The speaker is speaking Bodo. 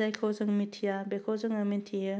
जायखौ जों मिथिया बेखौ जों मोनथियो